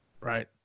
Right